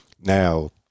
Now